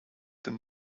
than